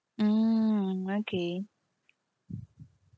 mm okay